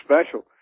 special